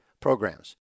programs